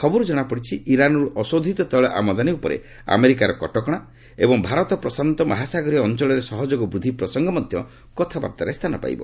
ଖବରରୁ ଜଣାପଡ଼ିଛି ଇରାନ୍ରୁ ଅଶୋଧିତ ତୈଳ ଆମଦାନି ଉପରେ ଆମେରିକାର କଟକଣା ଏବଂ ଭାରତ ପ୍ରଶାନ୍ତ ମହାସାଗରୀୟ ଅଞ୍ଚଳରେ ସହଯୋଗ ବୃଦ୍ଧି ପ୍ରସଙ୍ଗ ମଧ୍ୟ କଥାବାର୍ତ୍ତାରେ ସ୍ଥାନ ପାଇବ